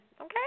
Okay